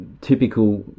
typical